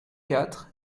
quatre